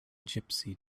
gypsy